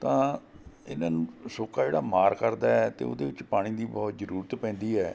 ਤਾਂ ਇਹਨਾਂ ਨੂੰ ਸੋਕਾ ਜਿਹੜਾ ਮਾਰ ਕਰਦਾ ਹੈ ਅਤੇ ਉਹਦੇ ਵਿੱਚ ਪਾਣੀ ਦੀ ਬਹੁਤ ਜ਼ਰੂਰਤ ਪੈਂਦੀ ਹੈ